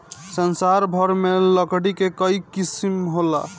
संसार भर में लकड़ी के कई किसिम होला